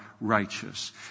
righteous